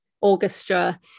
Orchestra